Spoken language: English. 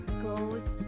goes